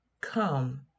come